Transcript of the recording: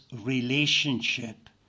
relationship